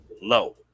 low